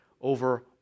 over